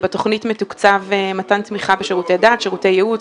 בתוכנית מתוקצב מתן תמיכה בשירותי דת: שירותי ייעוץ,